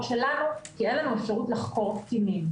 שלנו כי אין לנו אפשרות לחוקר קטינים,